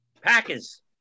Packers